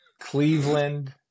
Cleveland